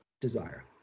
desire